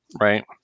right